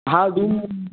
हाँ